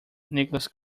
nicholas